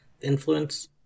influence